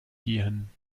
gehen